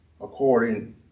according